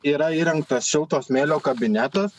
yra įrengtas šilto smėlio kabinetas